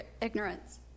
ignorance